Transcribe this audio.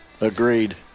agreed